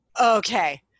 okay